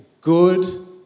good